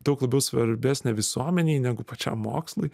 daug labiau svarbesnė visuomenei negu pačiam mokslui